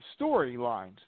storylines